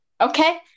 Okay